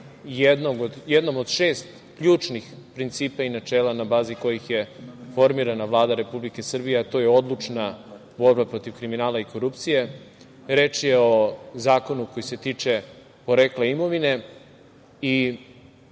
jednom od šest ključnih principa i načela na bazi kojih je formirana Vlada Republike Srbije, a to je odlučna borba protiv kriminala i korupcije. Reč je o zakonu koji se tiče porekla imovine.